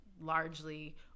largely